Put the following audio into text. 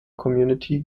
community